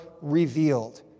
revealed